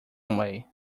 away